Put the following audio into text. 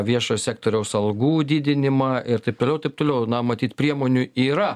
viešojo sektoriaus algų didinimą ir taip toliau ir taip toliau na matyt priemonių yra